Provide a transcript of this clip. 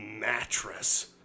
mattress